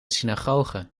synagoge